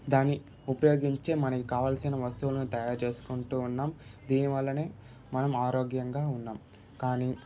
దాన్ని ఉపయోగించి మనకు కావాల్సిన వస్తువులు తయారు చేసుకుంటు ఉన్నాం దీని వల్ల మనం ఆరోగ్యంగా ఉన్నాం కానీ